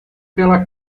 pela